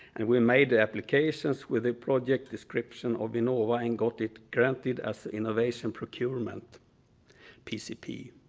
and we made applications with a project description of vinnova and got it granted as innovation procurement pcp.